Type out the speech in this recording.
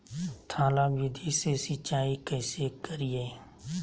थाला विधि से सिंचाई कैसे करीये?